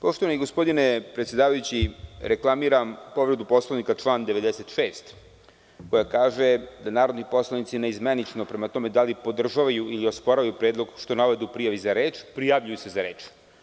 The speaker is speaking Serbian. Poštovani gospodine predsedavajući, reklamiram povredu člana 96. koja kaže da narodni poslanici naizmenično, prema tome da li podržavaju ili osporavaju predlog, što navedu u prijavi za reč, prijavljuju za reč.